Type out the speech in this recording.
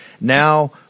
Now